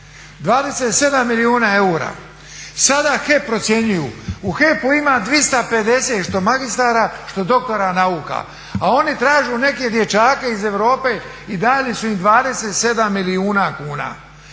27 milijuna eura. Sada HEP procjenjuju, u HEP-u ima 250 što magistara, što doktora nauka a oni traže neke dječake iz Europe i dali su im 27 milijuna kuna.